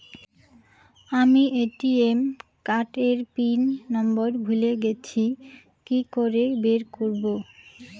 আমি ATM card এর pin number ভুলে গেছি কি করে বের করব?